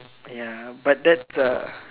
ya but that's uh